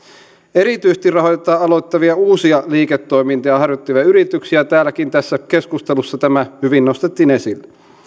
erityisesti rahoitetaan aloittavia uusia liiketoimintoja harjoittavia yrityksiä täälläkin tässä keskustelussa tämä hyvin nostettiin esille